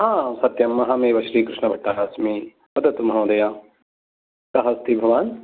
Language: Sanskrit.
सत्यं अहमेव श्रीकृष्णभट्टः अस्मि वदतु महोदय कः अस्ति भवान्